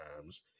times